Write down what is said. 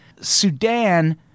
Sudan